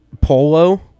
polo